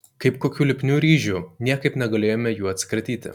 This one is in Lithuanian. kaip kokių lipnių ryžių niekaip negalėjome jų atsikratyti